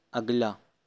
اگلا